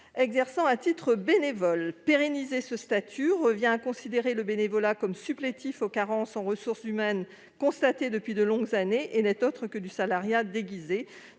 exerçant à titre bénévole ». Pérenniser ce statut revient à considérer le bénévolat comme un supplétif aux carences en ressources humaines constatées depuis de longues années. Ce n'est pas autre chose que du salariat déguisé.